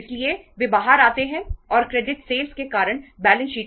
इसलिए वे बाहर आते हैं और क्रेडिट सेल खर्च